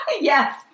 Yes